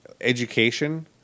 Education